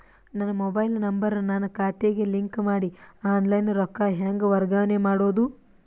ನನ್ನ mobile number ನನ್ನ ಖಾತೆಗೆ ಲಿಂಕ್ ಮಾಡಿ ಆನ್ಲೈನ್ ರೊಕ್ಕ ಹೆಂಗ ವರ್ಗಾವಣೆ ಮಾಡೋದು?